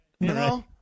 No